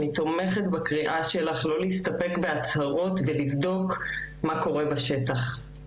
אני תומכת בקריאה שלך לא להסתפק בהצהרות ולבדוק מה קורה בשטח.